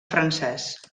francès